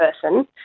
person